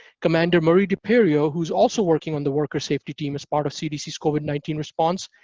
commander marie de perio, who's also working on the worker safety team as part of cdc's covid nineteen response,